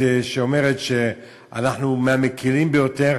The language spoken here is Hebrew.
שאומרת שאנחנו מהמקילים ביותר,